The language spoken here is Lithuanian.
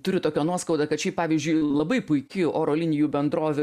turiu tokią nuoskaudą kad šiaip pavyzdžiui labai puiki oro linijų bendrovė